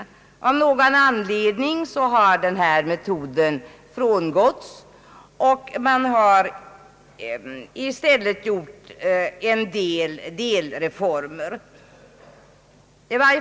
Av någon anledning har denna metod frångåtts, och man har i stället gjort några delreformer.